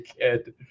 kid